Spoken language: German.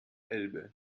elbe